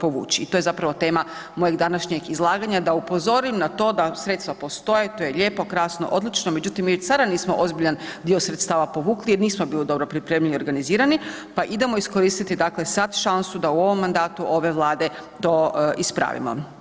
povući i to je zapravo tema mojeg današnjeg izlaganja da upozorim na to da sredstva postoje, to je lijepo, krasno, odlično, međutim mi već sada nismo ozbiljan dio sredstava povukli jer nismo bili dobro pripremljeni i organizirani pa idemo iskoristiti sad šansu da u ovom mandatu, ove Vlade to ispravimo.